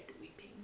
weeping